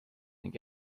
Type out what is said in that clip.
ning